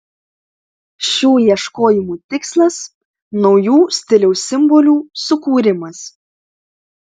šių ieškojimų tikslas naujų stiliaus simbolių sukūrimas